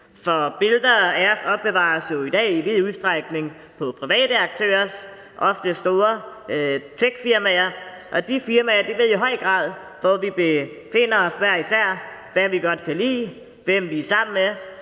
for billeder af os opbevares jo i dag i vid udstrækning hos private aktører, ofte store techfirmaer, og de firmaer ved i høj grad, hvor vi befinder os hver især, hvad vi godt kan lide, hvem vi er sammen med